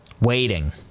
Waiting